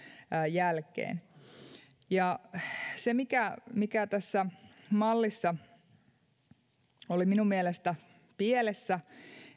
jälkeen se mikä mikä tässä mallissa oli minun mielestäni pielessä